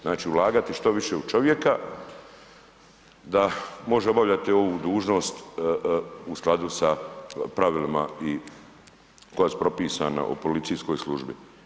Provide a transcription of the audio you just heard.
Znači ulagati što više u čovjeka da može obavljati ovu dužnost u skladu sa pravilima i, koja su propisana o policijskoj službi.